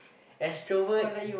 extrovert